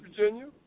Virginia